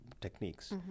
techniques